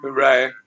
right